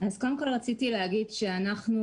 רציתי להגיד שאנחנו,